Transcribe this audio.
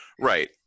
Right